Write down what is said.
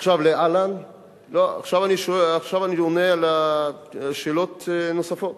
עכשיו אני עונה על שאלות נוספות.